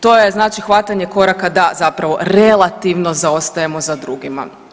To je znači hvatanje koraka, da zapravo relativno zaostajemo za drugima.